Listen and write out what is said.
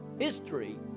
history